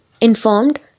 Informed